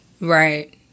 Right